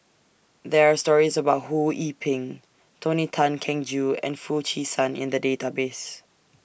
There Are stories about Ho Yee Ping Tony Tan Keng Joo and Foo Chee San in The Database